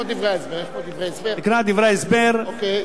איפה דברי ההסבר?